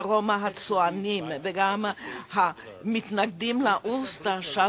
הרומה-הצוענים וגם המתנגדים ל"אוסטשה",